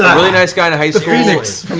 really nice guy in high school.